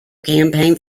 campaign